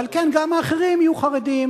ועל כן גם האחרים יהיו חרדים.